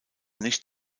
nicht